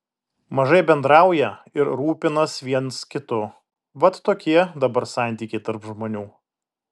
mažai bendrauja ir rūpinas viens kitu vat tokie dabar santykiai tarp žmonių